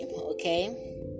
okay